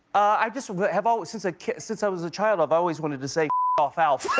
i just have always since ah since i was a child, i've always wanted to say off, alf.